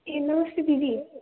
ए नमस्ते दिदी